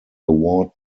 award